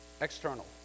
external